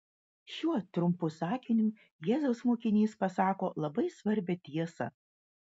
šiuo trumpu sakiniu jėzaus mokinys pasako labai svarbią tiesą